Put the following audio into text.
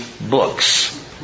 books